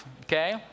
okay